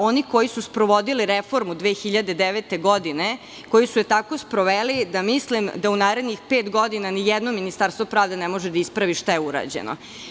Oni koji su sprovodili reformu 2009. godine, koji su je tako sproveli da mislim da u narednih pet godina nijedno Ministarstvo pravde ne može da ispravi šta je urađeno.